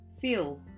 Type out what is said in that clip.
feel